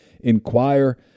Inquire